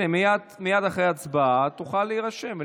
הינה, מייד אחרי ההצבעה תוכל להירשם ולדבר.